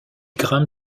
grimpe